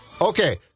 okay